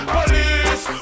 Police